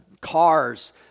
cars